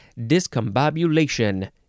discombobulation